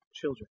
children